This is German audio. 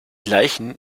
leichen